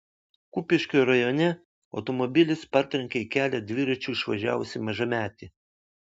kupiškio rajone automobilis partrenkė į kelią dviračiu išvažiavusį mažametį